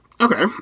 Okay